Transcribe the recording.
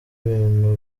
ibintu